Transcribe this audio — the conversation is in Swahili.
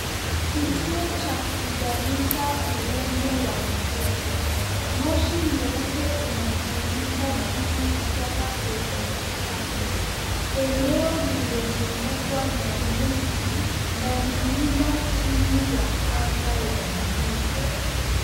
Kituo cha kuzalisha umeme wa mvuke. Moshi mweupe unafunika juu kutoka kwenye mitambo. Eneo limezungukwa na miti na milima chini ya anga ya bluu.